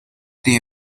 the